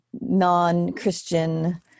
non-Christian